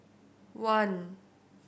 one